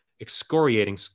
excoriating